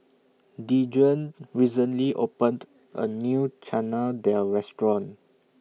Dejuan recently opened A New Chana Dal Restaurant